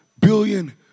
billion